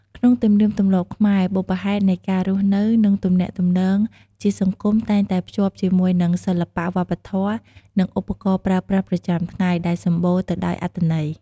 ក្នុងទំនៀមទម្លាប់ខ្មែរ បុព្វហេតុនៃការរស់នៅ និងទំនាក់ទំនងជាសង្គមតែងតែភ្ជាប់ជាមួយនឹងសិល្បៈវប្បធម៌ និងឧបករណ៍ប្រើប្រាស់ប្រចាំថ្ងៃដែលសម្បូរទៅដោយអត្ថន័យ។